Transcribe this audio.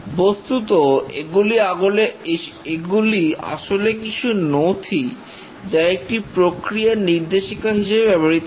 বস্তুত এগুলি আসলে কিছু নথি আছে যা একটি প্রক্রিয়ার নির্দেশিকা হিসেবে ব্যবহৃত হয়